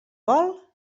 vol